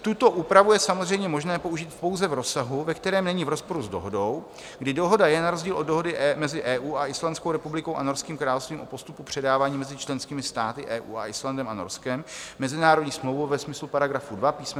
Tuto úpravu je samozřejmě možné použít pouze v rozsahu, ve kterém není v rozporu s dohodou, kdy dohoda je na rozdíl od Dohody mezi EU a Islandskou republikou a Norským královstvím o postupu předávání mezi členskými státy EU a Islandem a Norskem mezinárodní smlouvou ve smyslu § 2 písm.